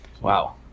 wow